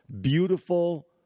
Beautiful